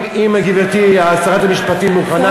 אם גברתי שרת המשפטים מוכנה,